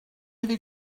iddi